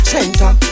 Center